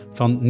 van